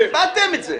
איבדתם את זה.